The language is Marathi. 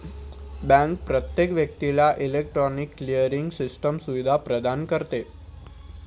बँक प्रत्येक व्यक्तीला इलेक्ट्रॉनिक क्लिअरिंग सिस्टम सुविधा प्रदान करते